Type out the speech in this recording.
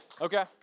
Okay